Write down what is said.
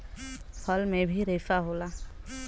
फल में भी रेसा होला